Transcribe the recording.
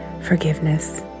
forgiveness